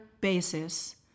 basis